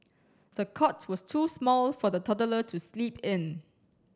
the cot was too small for the toddler to sleep in